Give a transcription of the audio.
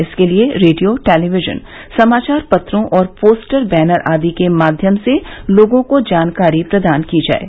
इसके लिये radio television समाचार पत्रों और पोस्टर बैनर आदि के माध्यम से लोगों को जानकारी प्रदान की जाये